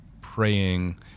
praying